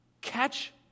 catch